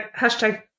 Hashtag